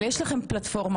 אבל יש לכם פלטפורמה,